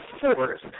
force